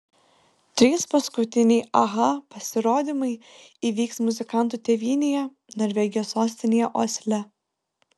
trys paskutiniai aha pasirodymai įvyks muzikantų tėvynėje norvegijos sostinėje osle